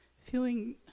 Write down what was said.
feeling